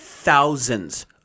Thousands